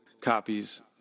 copies